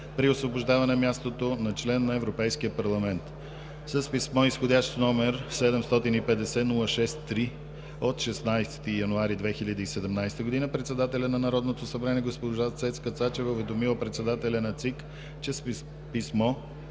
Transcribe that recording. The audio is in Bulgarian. при освобождаване на мястото на член на Европейския парламент С писмо изх. № 750-06-3 от 16 януари 2017 г. председателят на Народното събрание госпожа Цецка Цачева е уведомила председателя на ЦИК, че с писмо